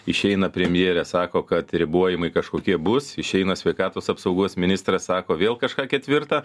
išeina premjerė sako kad ribojimai kažkokie bus išeina sveikatos apsaugos ministras sako vėl kažką ketvirtą